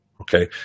Okay